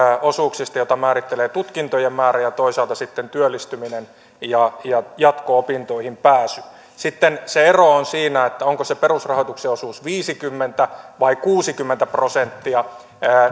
osuuksista joita määrittelee tutkintojen määrä ja toisaalta sitten työllistyminen ja ja jatko opintoihin pääsy sitten se ero on siinä onko se perusrahoituksen osuus viisikymmentä vai kuusikymmentä prosenttia